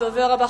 הדובר הבא,